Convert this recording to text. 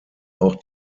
auch